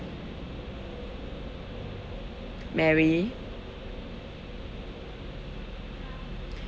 mary